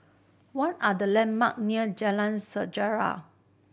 what are the landmark near Jalan Sejarah